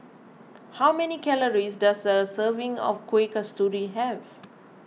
how many calories does a serving of Kueh Kasturi have